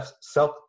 self